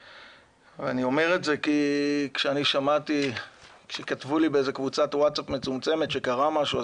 אני אומר את זה כי כשכתבו לי בקבוצת ווטסאפ מצומצמת שקרה משהו,